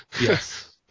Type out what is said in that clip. Yes